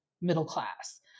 middle-class